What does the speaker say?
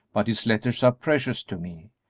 but his letters are precious to me.